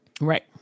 Right